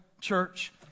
church